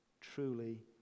truly